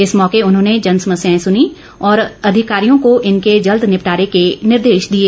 इस मौके उन्होंने जनसमस्याएं सुनी और अधिकारियों को इनके जल्द निपटारे के निर्देश दिए